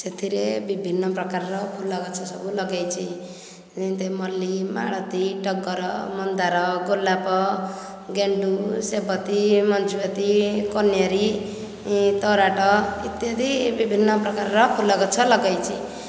ସେଥିରେ ବିଭିନ୍ନ ପ୍ରକାରର ଫୁଲଗଛ ସବୁ ଲଗେଇଛି ଯେମିତି ମଲ୍ଲି ମାଳତି ଟଗର ମନ୍ଦାର ଗୋଲାପ ଗେଣ୍ଡୁ ସେବତି ମଞ୍ଜୁଆତି କନିଅରି ତରାଟ ଇତ୍ୟାଦି ବିଭିନ୍ନ ପ୍ରକାରର ଫୁଲଗଛ ଲଗେଇଛି